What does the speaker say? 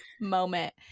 moment